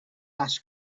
ask